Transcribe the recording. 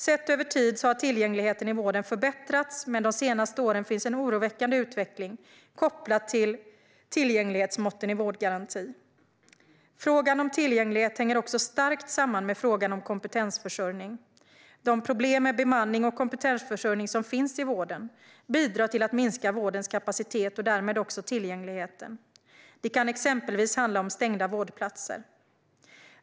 Sett över tid har tillgängligheten i vården förbättrats, men de senaste åren finns en oroväckande utveckling kopplad till tillgänglighetsmåtten i vårdgarantin. Frågan om tillgänglighet hänger också starkt samman med frågan om kompetensförsörjning. De problem med bemanning och kompetensförsörjning som finns i vården bidrar till att minska vårdens kapacitet och därmed också tillgängligheten. Det kan exempelvis handla om stängda vårdplatser.